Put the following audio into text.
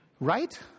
right